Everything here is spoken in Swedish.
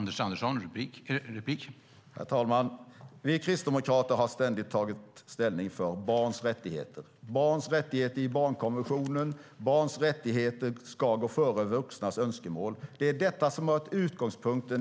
Herr talman! Vi kristdemokrater har ständigt tagit ställning för barns rättigheter. Det gäller barns rättigheter i barnkonventionen. Barns rättigheter ska gå före vuxnas önskemål. Det är detta som har varit utgångspunkten.